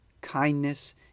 kindness